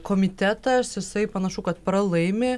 komitetas jisai panašu kad pralaimi